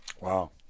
wow